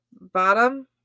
Bottom